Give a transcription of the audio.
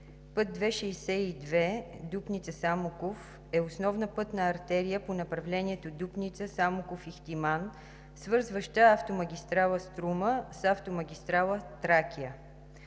път ΙΙ-62 Дупница – Самоков е основна пътна артерия по направлението Дупница – Самоков – Ихтиман, свързваща автомагистрала „Струма“ с автомагистрала „Тракия“.